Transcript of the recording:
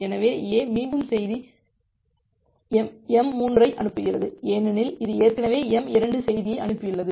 எனவேA மீண்டும் செய்தி m3 ஐ அனுப்புகிறது ஏனெனில் இது ஏற்கனவே m2 செய்தியை அனுப்பியுள்ளது